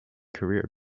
career